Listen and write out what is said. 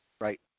Right